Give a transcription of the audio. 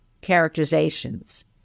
characterizations